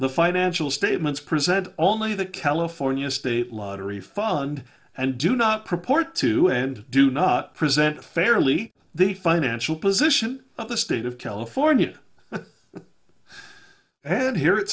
the financial statements present only the california state lottery fund and do not proport to and do not present fairly the financial position of the state of california and here it